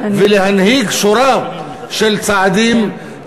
ולהנהיג שורה של צעדים,